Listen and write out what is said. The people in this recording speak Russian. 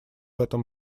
этом